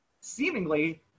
Seemingly